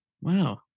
wow